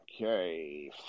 okay